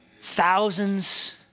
Thousands